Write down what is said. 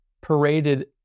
paraded